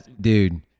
dude